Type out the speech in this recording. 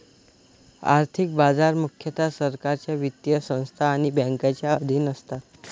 आर्थिक बाजार मुख्यतः सरकारच्या वित्तीय संस्था आणि बँकांच्या अधीन असतात